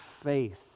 faith